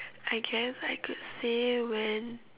I guess I could say when